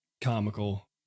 comical